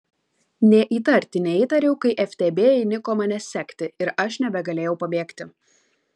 nė įtarti neįtariau kai ftb įniko mane sekti ir aš nebegalėjau pabėgti